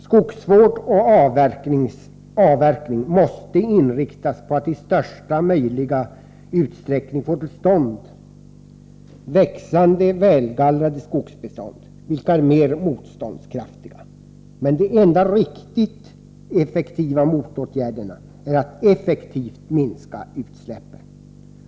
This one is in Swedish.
Skogsvård och avverkning måste inriktas på att i största möjliga utsträckning få till stånd växande, välgallrade skogsbestånd, vilka är mer motståndskraftiga. Men den enda riktigt effektiva motåtgärden är att kraftigt minska utsläppen.